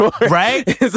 Right